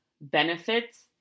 benefits